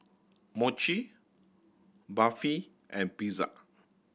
Mochi Barfi and Pizza